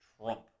Trump